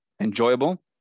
enjoyable